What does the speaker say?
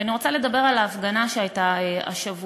ואני רוצה לדבר על ההפגנה שהייתה השבוע.